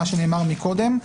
מה שנאמר מקודם,